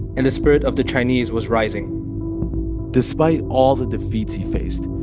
and the spirit of the chinese was rising despite all the defeats he faced,